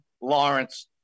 Lawrence